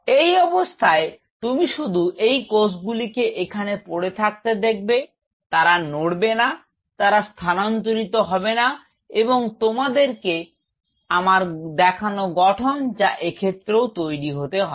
এই অবস্থায় তুমি শুধু এই কোষগুলিকে এখানে পড়ে থাকতে দেখবে তারা নড়বে না তারা স্তানান্তরিত হবে না এবং তোমাদেরকে আমার দেখান গঠন যা এদের ক্ষেত্রেও তৈরি হতে হবে